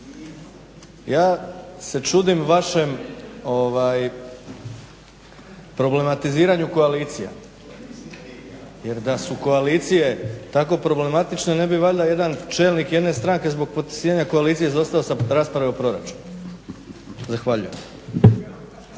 Ja se čudim vašem problematiziranju koalicije. Jer da su koalicije tako problematične ne bi valjda jedan čelnik jedne stranke zbog potpisivanja koalicije izostao sa rasprave o proračunu. Zahvaljujem.